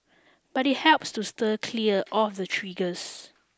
but it helps to steer clear of the triggers